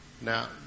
Now